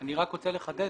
אני רק רוצה לחדד